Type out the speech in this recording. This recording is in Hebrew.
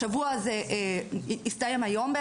השבוע הזה הסתיים היום.